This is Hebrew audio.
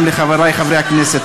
גם לחברי חברי הכנסת.